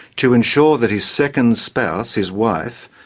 to ensure that his second spouse, his wife,